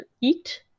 eat